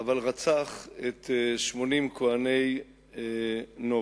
אבל רצח את 80 כוהני נוב.